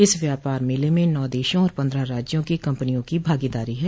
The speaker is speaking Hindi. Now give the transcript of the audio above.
इस व्यापार मेले में नौ देशों और पन्द्रह राज्यों की कम्पनियों की भागीदारी है